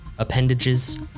appendages